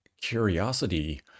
curiosity